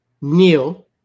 kneel